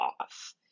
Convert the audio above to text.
off